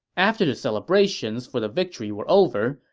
after the celebrations for the victory were over,